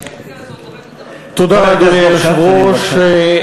אדוני היושב-ראש,